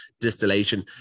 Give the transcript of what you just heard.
distillation